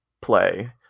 play